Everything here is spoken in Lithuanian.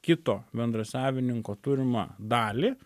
kito bendrasavininko turimą dalį